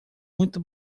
muita